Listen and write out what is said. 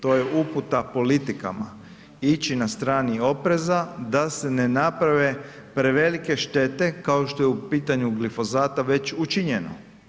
To je uputa politikama, ići na strani opreza da se ne naprave prevelike štete, kao što je u pitanju glifosata već učinjeno.